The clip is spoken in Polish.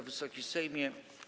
Wysoki Sejmie!